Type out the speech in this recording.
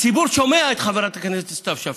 הציבור שומע את חברת הכנסת סתיו שפיר,